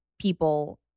people